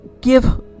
give